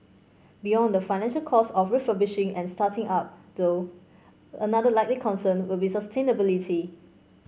beyond the financial costs of refurbishing and starting up though another likely concern will be sustainability